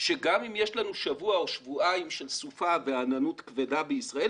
שגם אם יש לנו שבוע או שבועיים של סופה ועננות כבדה בישראל,